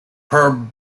per